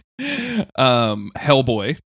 Hellboy